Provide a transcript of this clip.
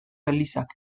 elizak